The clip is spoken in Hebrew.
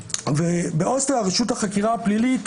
רשות החקירה הפלילית